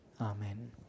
Amen